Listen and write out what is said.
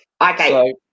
Okay